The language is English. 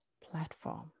platform